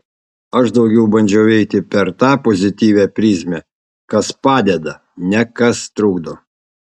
aš daugiau bandžiau eiti per tą pozityvią prizmę kas padeda ne kas trukdo